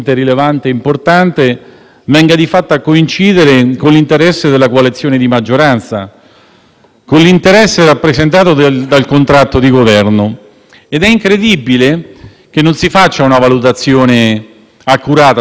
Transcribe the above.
con l'interesse rappresentato dal contratto di Governo ed è incredibile che non si faccia una valutazione accurata su questo aspetto. Infatti interpretare così il concetto di preminente interesse pubblico,